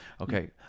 Okay